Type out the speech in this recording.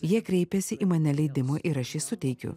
jie kreipiasi į mane leidimo ir aš jį suteikiu